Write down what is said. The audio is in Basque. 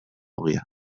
ogia